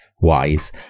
wise